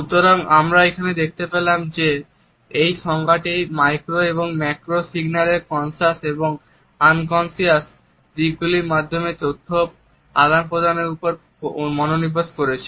সুতরাং আমরা এখানে দেখতে পেলাম যে এই সংজ্ঞাটি মাইক্রো এবং ম্যাক্রো সিগন্যালের কনশাস এবং আনকন্সাস দিকগুলির মাধ্যমে তথ্য আদান প্রদানের উপর মনোনিবেশ করেছে